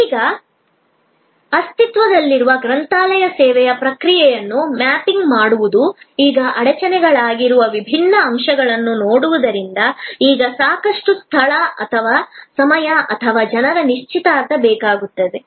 ಈಗ ಅಸ್ತಿತ್ವದಲ್ಲಿರುವ ಗ್ರಂಥಾಲಯ ಸೇವೆಯ ಪ್ರಕ್ರಿಯೆಯನ್ನು ಮ್ಯಾಪಿಂಗ್ ಮಾಡುವುದು ಈಗ ಅಡಚಣೆಗಳಾಗಿರುವ ವಿಭಿನ್ನ ಅಂಶಗಳನ್ನು ನೋಡುವುದರಿಂದ ಈಗ ಸಾಕಷ್ಟು ಸ್ಥಳ ಅಥವಾ ಸಮಯ ಅಥವಾ ಜನರ ನಿಶ್ಚಿತಾರ್ಥ ಬೇಕಾಗುತ್ತದೆ